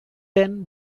ten